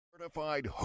Certified